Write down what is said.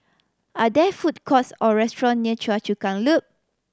are there food courts or restaurant near Choa Chu Kang Loop